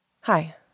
Hi